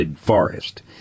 forest